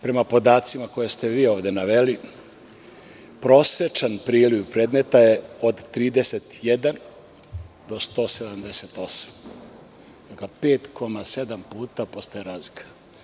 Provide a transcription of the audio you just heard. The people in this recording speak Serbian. Prema podacima koje ste vi ovde naveli, prosečan priliv predmeta je od 31 do 178, pa 5,7 puta postaje razlika.